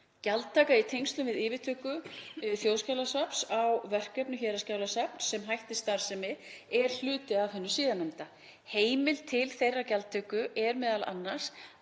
Gjaldtaka í tengslum við yfirtöku Þjóðskjalasafns á verkefnum héraðsskjalasafns sem hættir starfsemi er hluti af hinu síðarnefnda. Heimild til þeirrar gjaldtöku er m.a. ætlað